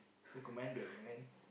he's a commando man